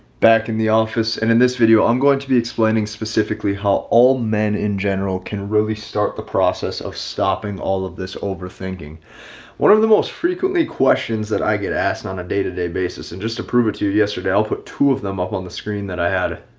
back in the office and in this video i'm going to be explaining specifically how all men in general can really start the process of stopping all of this overthinking one of the most frequently questions that i get asked on a day to day basis. and just to prove it to you yesterday, i'll put two of them up on the screen that i had.